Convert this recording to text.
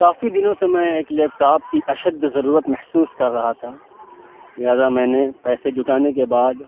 کافی دنوں سے میں ایک لیپ ٹاپ کی اشد ضرورت محسوس کر رہا تھا لہٰذا میں نے پیسے جٹانے کے بعد